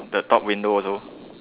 the top window also